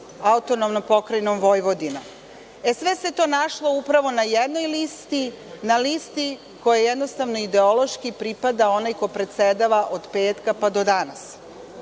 su vladali AP Vojvodinom. E, sve se to našlo upravo na jednoj listi, na listi kojoj jednostavno ideološki pripada onaj ko predsedava od petka pa do danas.